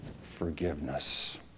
forgiveness